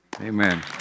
Amen